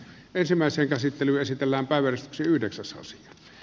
ensimmäisen käsittely esitellään päiväys yhdeksäs vuosi